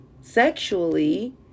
sexually